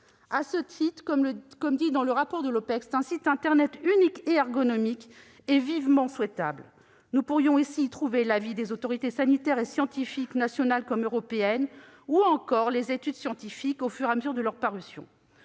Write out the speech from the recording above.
À ce titre, comme le préconise le rapport de l'Opecst, un site internet unique et ergonomique est vivement souhaitable. On pourrait y trouver l'avis des autorités sanitaires et scientifiques, nationales comme européennes, ou encore les études scientifiques au fur et à mesure de leur parution.